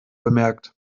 bemerkt